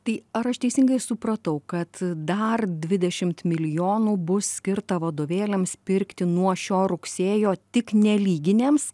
tai ar aš teisingai supratau kad dar dvidešimt milijonų bus skirta vadovėliams pirkti nuo šio rugsėjo tik nelyginėms